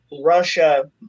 Russia